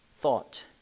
thought